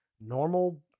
normal